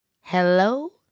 Hello